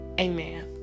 amen